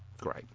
great